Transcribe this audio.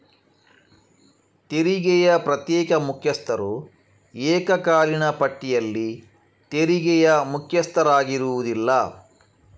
ತೆರಿಗೆಯ ಪ್ರತ್ಯೇಕ ಮುಖ್ಯಸ್ಥರು ಏಕಕಾಲೀನ ಪಟ್ಟಿಯಲ್ಲಿ ತೆರಿಗೆಯ ಮುಖ್ಯಸ್ಥರಾಗಿರುವುದಿಲ್ಲ